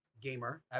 gamer